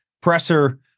presser